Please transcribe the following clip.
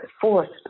forced